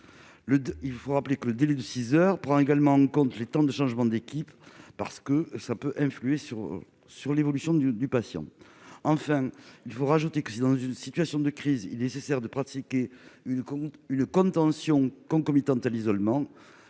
justifié. Rappelons que le délai de six heures tient compte également des temps de changement d'équipe, qui peuvent influer sur l'évolution du patient. Enfin, il faut ajouter que si, en situation de crise, il est nécessaire de pratiquer une contention concomitante à l'isolement,